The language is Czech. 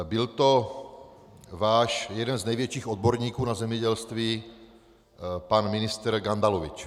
Byl to váš jeden z největších odborníků na zemědělství pan ministr Gandalovič.